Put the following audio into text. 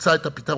שתמצא את הפתרון,